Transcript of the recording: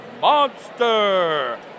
Monster